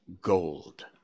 gold